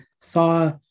saw